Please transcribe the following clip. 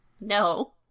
No